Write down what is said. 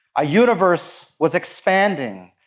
ah universe was expanding.